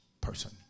person